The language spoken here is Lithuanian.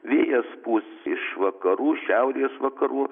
vėjas pūs iš vakarų šiaurės vakarų